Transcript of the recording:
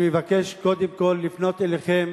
אני מבקש קודם כול לפנות אליכם